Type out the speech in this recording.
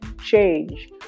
change